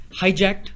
hijacked